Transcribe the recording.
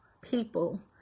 people